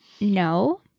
No